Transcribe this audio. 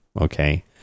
okay